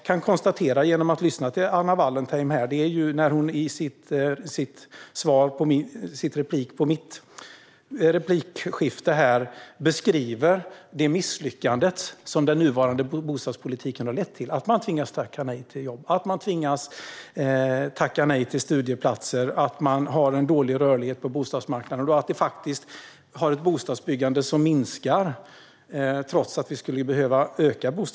I sin replik beskriver Anna Wallentheim den nuvarande bostadspolitikens misslyckande. Folk tvingas tacka nej till jobb, unga tvingas tacka nej till studieplatser, rörligheten på bostadsmarknaden är dålig och bostadsbyggandet minskar när det skulle behöva öka.